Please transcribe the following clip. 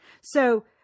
So-